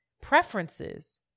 preferences